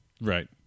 Right